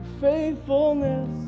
faithfulness